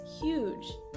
huge